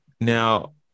Now